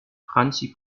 franzi